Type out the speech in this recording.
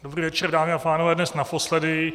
Dobrý večer, dámy a pánové, dnes naposledy.